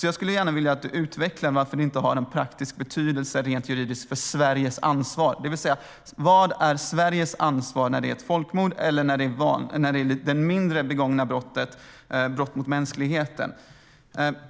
Jag skulle gärna vilja att du utvecklar varför det inte har en praktisk betydelse rent juridiskt för Sveriges ansvar, det vill säga: Vad är Sveriges ansvar när det är ett folkmord och när det är det mindre brottet brott mot mänskligheten?